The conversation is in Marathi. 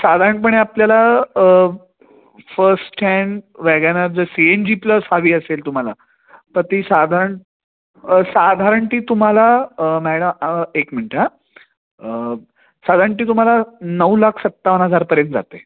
साधारणपणे आपल्याला फस्ट हँड वॅगन आर जर सी एन जी प्लस हवी असेल तुम्हाला तर ती साधारण साधारण ती तुम्हाला मॅडम एक मिनटं हा साधारण ती तुम्हाला नऊ लाख सत्तावन्न हजारपर्यंत जाते